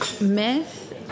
myth